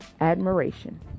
admiration